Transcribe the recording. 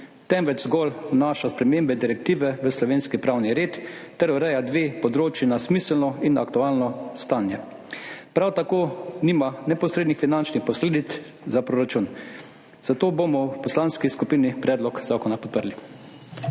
temveč zgolj vnaša spremembe direktive v slovenski pravni red ter ureja dve področji na smiselno in aktualno stanje, prav tako nima neposrednih finančnih posledic za proračun, zato bomo v poslanski skupini predlog zakona podprli.